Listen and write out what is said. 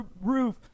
roof